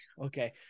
okay